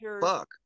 fuck